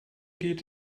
geht